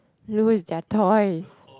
is their toy